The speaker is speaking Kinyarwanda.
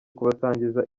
kubasangiza